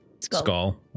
Skull